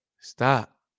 Stop